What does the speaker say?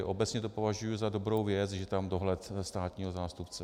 Obecně to považuji za dobrou věc, že tam je dohled státního zástupce.